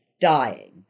dying